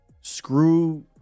screw